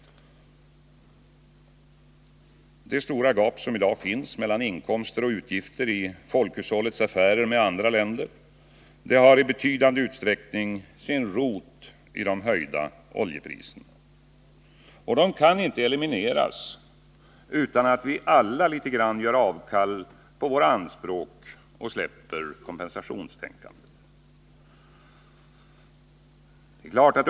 Det stora gap som i dag finns mellan inkomster och utgifter i folkhushållets affärer med andra länder har i betydande utsträckning sin rot ide höjda oljepriserna. Det kan inte elimineras utan att vi alla litet grand gör avkall på våra anspråk och släpper på kompensationstänkandet.